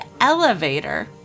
elevator